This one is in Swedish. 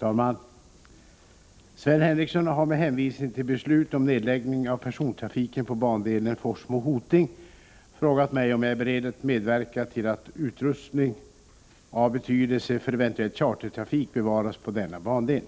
Herr talman! Sven Henricsson har med hänvisning till beslut om nedläggning av persontrafiken på bandelen Forsmo-Hoting frågat mig om jag är beredd medverka till att utrustning av betydelse för eventuell chartertrafik bevaras på denna bandel.